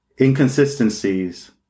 inconsistencies